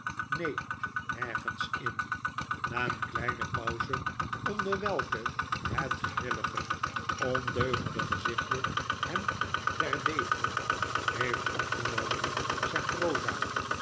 neen nergens in na eene kleine pauze onder welkehetgrillige ondeugende gezichtje hem terdege heeft opgenomen zegt eosa